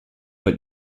but